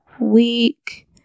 week